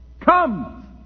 Come